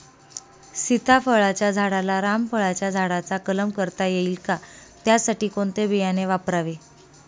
सीताफळाच्या झाडाला रामफळाच्या झाडाचा कलम करता येईल का, त्यासाठी कोणते बियाणे वापरावे?